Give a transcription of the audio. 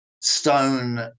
stone